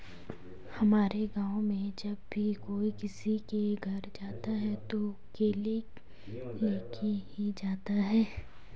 हमारे गाँव में जब भी कोई किसी के घर जाता है तो केले लेके ही जाता है